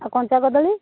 ଆଉ କଞ୍ଚା କଦଳୀ